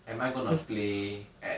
am I going to play at